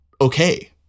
okay